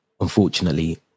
unfortunately